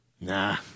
nah